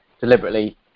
deliberately